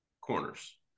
corners